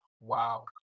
Wow